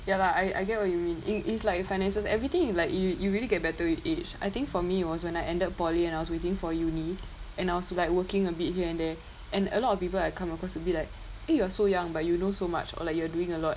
ya lah I I get what you mean it it's like finances everything you like you you really get better with age I think for me was when I entered poly and I was waiting for uni and I was like working a bit here and there and a lot of people I come across a bit like eh you are so young but you know so much or like you are doing a lot